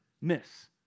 miss